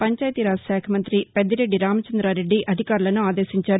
పంచాయతీరాజ్ శాఖ మంతి పెద్దిరెడ్డి రామచంద్రా రెడ్డి అధికారులను ఆదేశించారు